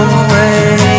away